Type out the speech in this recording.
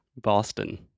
Boston